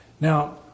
Now